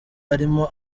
arimo